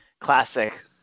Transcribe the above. classic